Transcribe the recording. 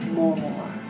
more